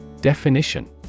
Definition